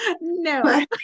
No